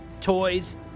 toys